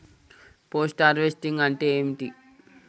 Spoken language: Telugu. పోస్ట్ హార్వెస్టింగ్ అంటే ఏంటిది?